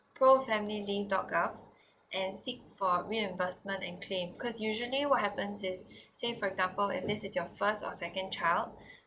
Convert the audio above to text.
profamilyleave dot gov and seek for reimbursement and claim because usually what happen is say for example if this is your first or second child